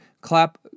Clap